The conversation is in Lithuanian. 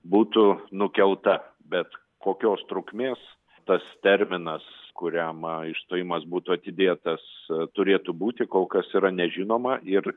būtų nukelta bet kokios trukmės tas terminas kuriam išstojimas būtų atidėtas turėtų būti kol kas yra nežinoma ir